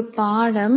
ஒரு பாடம்